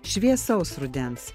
šviesaus rudens